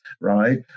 right